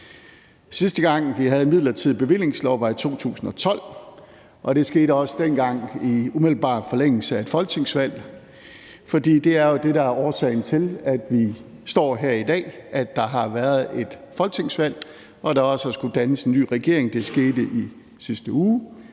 Sidste gang vi havde en midlertidig bevillingslov, var i 2012, og det var også dengang i umiddelbar forlængelse af et folketingsvalg, for det er jo det, der er årsagen til, at vi står her i dag, nemlig at der har været folketingsvalg, og at der også har skullet dannes en ny regering. Det skete i sidste uge.